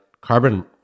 carbon